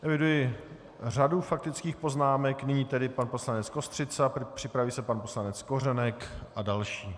Eviduji řadu faktických poznámek, nyní tedy pan poslanec Kostřica, připraví se pan poslanec Kořenek a další.